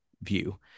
view